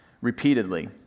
repeatedly